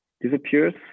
disappears